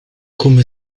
come